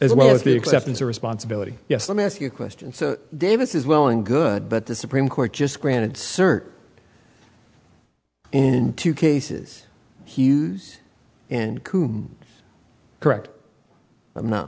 as well as the exceptions or responsibility yes let me ask you a question so davis is well and good but the supreme court just granted cert in two cases hughes and coom correct i'm not